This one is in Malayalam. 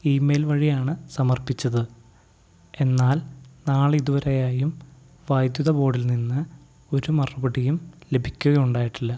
ഇ മെയിൽ വഴിയാണു സമർപ്പിച്ചത് എന്നാൽ നാളിതുവരെയായും വൈദ്യുത ബോർഡിൽ നിന്ന് ഒരു മറുപടിയും ലഭിക്കുകയുണ്ടായിട്ടില്ല